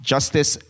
justice